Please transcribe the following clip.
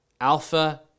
Alpha